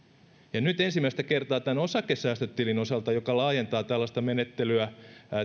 nyt ensimmäistä kertaa tämän osakesäästötilin osalta joka laajentaa tällaista menettelyä